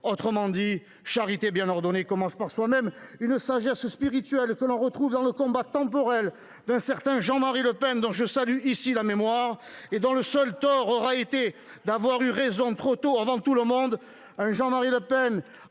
Autrement dit, charité bien ordonnée commence par soi même. Cette sagesse spirituelle, on la retrouve dans le combat temporel d’un certain Jean Marie Le Pen, dont je salue ici la mémoire et dont le seul tort aura été d’avoir eu raison trop tôt, avant tout le monde. Nous nous apprêtons, du